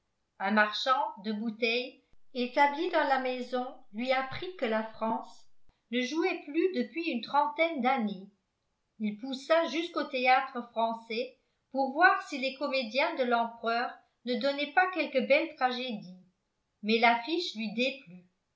un marchand de bouteilles établi dans la maison lui apprit que la france ne jouait plus depuis une trentaine d'années il poussa jusqu'au théâtre-français pour voir si les comédiens de l'empereur ne donnaient pas quelque belle tragédie mais l'affiche lui déplut